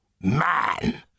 Man